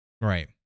Right